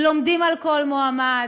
לומדים על כל מועמד,